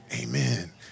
amen